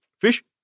Fish